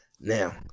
Now